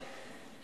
משפט אחרון.